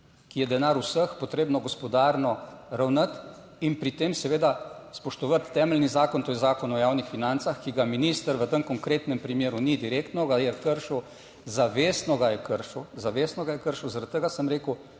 ki je denar vseh, potrebno gospodarno ravnati in pri tem seveda spoštovati temeljni zakon, to je Zakon o javnih financah, ki ga minister v tem konkretnem primeru ni direktno, ga je kršil, zavestno ga je kršil, zavestno ga je kršil. Zaradi tega sem rekel,